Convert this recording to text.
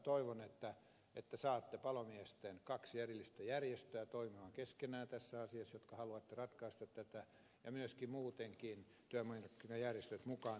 toivon että saatte palomiesten kaksi erillistä järjestöä toimimaan keskenään tässä asiassa te jotka haluatte ratkaista tätä ja myöskin muutenkin työmarkkinajärjestöt mukaan tähän puuhaan